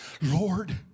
Lord